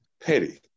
petty